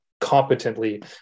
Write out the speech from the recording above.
competently